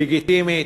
לגיטימית,